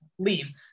leaves